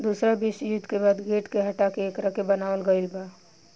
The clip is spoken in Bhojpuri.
दूसरा विश्व युद्ध के बाद गेट के हटा के एकरा के बनावल गईल